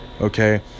Okay